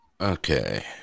Okay